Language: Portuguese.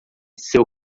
seu